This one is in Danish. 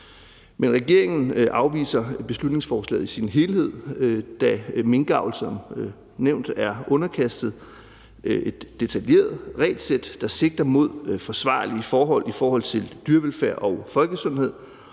Men regeringen afviser beslutningsforslaget i sin helhed, da minkavl som nævnt er underkastet et detaljeret regelsæt, der sigter mod forsvarlige forhold med hensyn til dyrevelfærd og folkesundhed,